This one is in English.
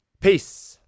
Peace